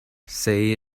say